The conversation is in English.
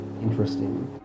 interesting